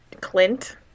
Clint